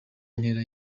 intera